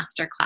masterclass